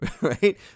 right